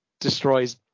destroys